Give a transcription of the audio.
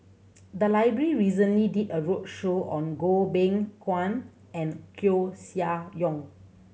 the library recently did a roadshow on Goh Beng Kwan and Koeh Sia Yong